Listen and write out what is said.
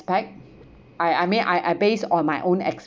respect I I mean I I based on my own